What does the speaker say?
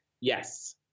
Yes